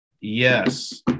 yes